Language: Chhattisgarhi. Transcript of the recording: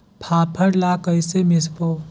फाफण ला कइसे मिसबो?